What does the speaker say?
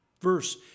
Verse